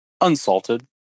Unsalted